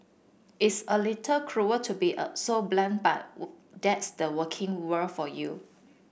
it's a little cruel to be a so blunt but that's the working world for you